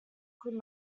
could